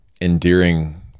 endearing